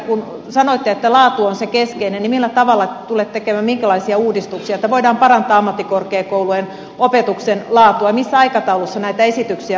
kun sanoitte että laatu on se keskeinen seikka niin millä tavalla ja minkälaisia uudistuksia te tulette tekemään että voidaan parantaa ammattikorkeakoulujen opetuksen laatua ja missä aikataulussa näitä esityksiä tullaan tuomaan